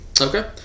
Okay